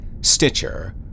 Stitcher